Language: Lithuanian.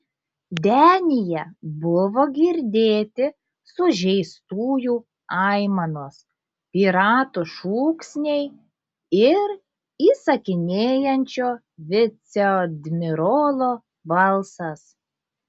denyje buvo girdėti sužeistųjų aimanos piratų šūksniai ir įsakinėjančio viceadmirolo balsas